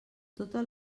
totes